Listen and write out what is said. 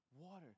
water